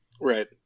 right